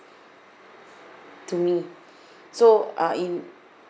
to me so uh in